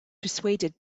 persuaded